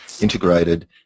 integrated